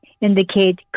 indicate